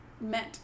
meant